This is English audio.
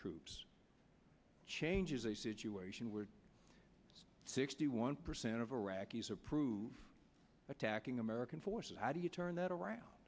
troops changes a situation where sixty one percent of iraqis approve attacking american forces how do you turn that